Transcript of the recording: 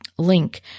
link